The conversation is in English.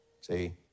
See